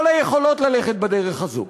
כל היכולות ללכת בדרך הזאת.